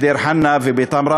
בדיר-חנא ובתמרה,